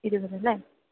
ഇരുപതല്ലേ